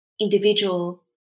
individual